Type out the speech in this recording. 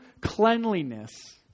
cleanliness